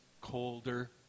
colder